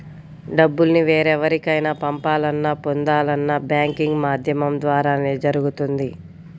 డబ్బుల్ని వేరెవరికైనా పంపాలన్నా, పొందాలన్నా బ్యాంకింగ్ మాధ్యమం ద్వారానే జరుగుతుంది